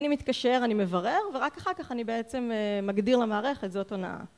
אני מתקשר, אני מברר, ורק אחר כך אני בעצם מגדיר למערכת: זאת הונאה.